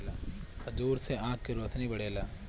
खजूर से आँख के रौशनी बढ़ेला